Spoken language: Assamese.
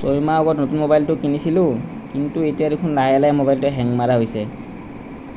ছয় মাহ আগত নতুন ম'বাইলটো কিনিছিলোঁ কিন্তু এতিয়া দেখোন লাহে লাহে ম'বাইলটোৱে হেং মৰা হৈছে